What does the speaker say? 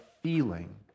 feeling